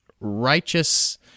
righteous